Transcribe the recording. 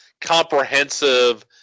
comprehensive